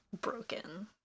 broken